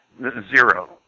Zero